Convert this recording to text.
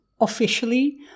officially